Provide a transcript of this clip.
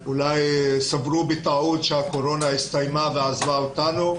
אול סברו בטעות שהקורונה הסתיימה ועזבה אותנו,